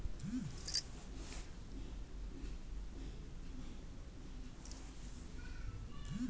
ಪ್ರಕಾಶ ಅವನ್ನ ATM card ಬದಲಾಯಿಸಕ್ಕೇ ಬ್ಯಾಂಕಿಗೆ ಹೋದ